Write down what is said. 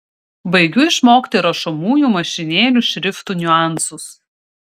baigiu išmokti rašomųjų mašinėlių šriftų niuansus